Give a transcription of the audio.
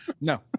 No